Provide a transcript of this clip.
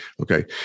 Okay